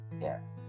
yes